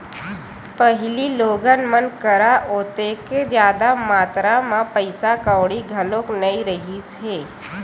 पहिली लोगन मन करा ओतेक जादा मातरा म पइसा कउड़ी घलो नइ रिहिस हे